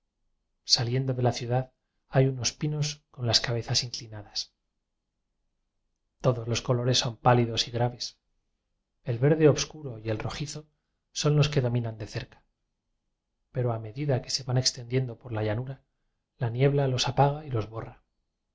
saliendo de la ciudad hay unos pinos con las cabezas inclinadas todos los colores son pálidos y graves el verde obscuro y el rojizo son los que do minan de cerca pero a medida que se van extendiendo por la llanura la niebla los apaga y los borra